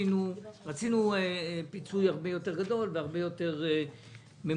רצינו פיצוי הרבה יותר גדול והרבה יותר ממוקד,